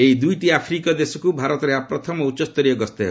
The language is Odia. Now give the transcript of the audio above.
ଏହି ଦୂଇଟି ଆଫ୍ରିକୀୟ ଦେଶକ୍ତ ଭାରତର ଏହା ପ୍ରଥମ ଉଚ୍ଚସ୍ତରୀୟ ଗସ୍ତ ହେବ